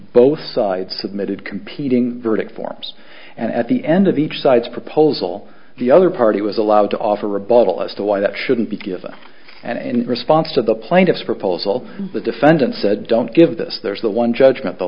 both sides submitted competing verdict forms and at the end of each side's proposal the other party was allowed to offer rebuttal as to why that shouldn't be given and in response to the plaintiff's proposal the defendant said don't give this one judgment the